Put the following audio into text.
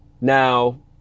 Now